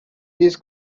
these